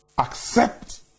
Accept